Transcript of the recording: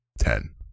ten